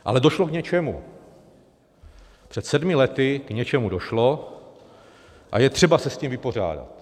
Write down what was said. Ale došlo k něčemu, před sedmi lety k něčemu došlo a je třeba se s tím vypořádat.